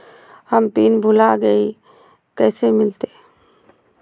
हम पिन भूला गई, कैसे मिलते?